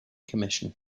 commission